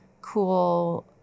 cool